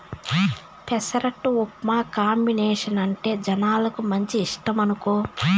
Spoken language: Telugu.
పెసరట్టు ఉప్మా కాంబినేసనంటే జనాలకు మంచి ఇష్టమనుకో